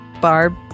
Barb